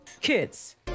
Kids